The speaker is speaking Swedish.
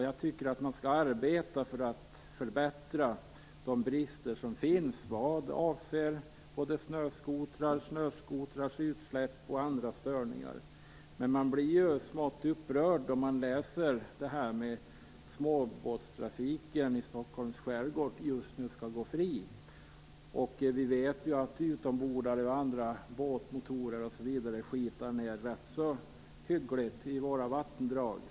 Jag tycker att man skall arbeta för att förbättra de brister som finns vad avser snöskotrar, snöskotrars utsläpp och andra störningar. Men man blir smått upprörd när man läser att småbåtstrafiken i Stockholms skärgård skall gå fri. Vi vet att utombordare och andra båtmotorer smutsar ned rätt så hyggligt i våra vattendrag.